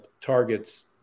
targets